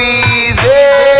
easy